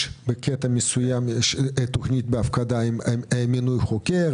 יש בקטע מסוים תכנית בהפקדה עם מינוי חוקר,